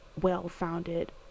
well-founded